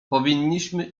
powinniśmy